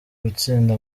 gutsinda